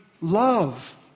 love